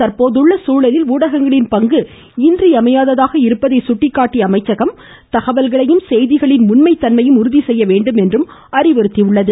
தற்போதுள்ள சூழலில் ஊடகங்களின் பங்கு இன்றியமையாததாக இருப்பதை சுட்டிக்காட்டிய அமைச்சகம் தகவல்களையும் செய்திகளின் உண்மை தன்மையையும் உறுதி செய்ய வேண்டும என்றும் அறிவுறுத்தியுள்ளது